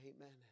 amen